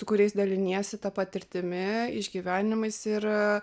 su kuriais daliniesi ta patirtimi išgyvenimais ir